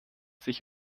sich